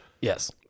Yes